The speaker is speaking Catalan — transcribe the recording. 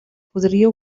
podria